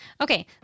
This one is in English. Okay